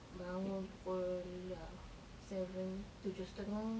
bangun pukul ya seven tujuh setengah